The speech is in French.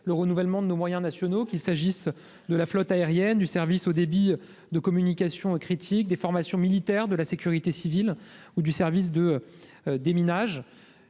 le renouvellement de nos moyens nationaux, qu'il s'agisse de la flotte aérienne, du service haut débit de communications critiques, des formations militaires, de la sécurité civile ou du service de déminage.